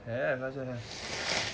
have last year have